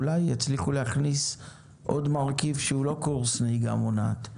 אולי יצליחו להכניס עוד מרכיב שהוא לא קורס נהיגה מונעת.